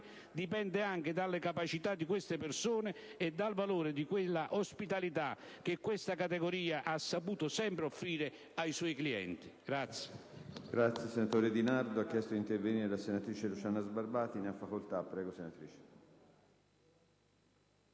dipende anche dalle capacità di queste persone e dal valore di quella ospitalità che questa categoria ha saputo sempre offrire ai suoi clienti.